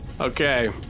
Okay